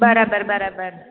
બરાબર બરાબર